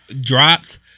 Dropped